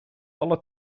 alle